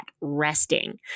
resting